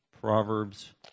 Proverbs